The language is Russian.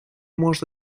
может